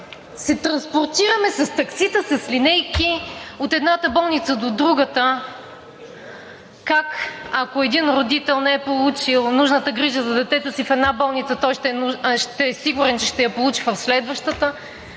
се транспортираме с таксита, с линейки от едната болница до другата. Как, ако един родител не е получил нужната грижа за детето си в една болница, той ще е сигурен, че ще я получи в следващата?